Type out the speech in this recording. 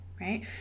right